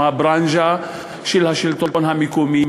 עם הברנז'ה של השלטון המקומי,